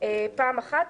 פעם אחת.